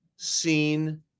seen